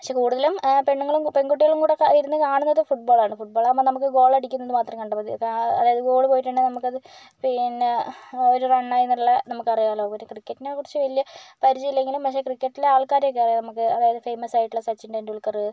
പക്ഷേ കൂടുതലും പെണ്ണുങ്ങളും പെൺകുട്ടികളും കൂടി ഇരുന്ന് കാണുന്നത് ഫുട് ബോൾ ആണ് ഫുട് ബോൾ ആകുമ്പോൾ നമുക്ക് ഗോളടിക്കുന്നത് മാത്രം കണ്ടാൽ മതിയല്ലോ അതായത് ഗോൾ പോയിട്ടുണ്ടേ നമുക്കത് പിന്നേ അവർ റൺ ആയെന്നുള്ളത് നമുക്കറിയാമല്ലോ അതുപോലെ ക്രിക്കറ്റിനെ കുറിച്ച് വലിയ പരിചയമില്ലെങ്കിലും പക്ഷേ ക്രിക്കറ്റിലെ ആൾക്കാരെയൊക്കെ നമുക്ക് അതായത് ഫേമസ് ആയിട്ടുള്ള സച്ചിൻ ടെൻഡുൽക്കർ